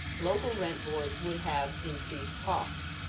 local rent boards would have increased costs.